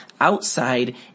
Outside